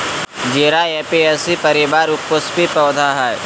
जीरा ऍपियेशी परिवार पुष्पीय पौधा हइ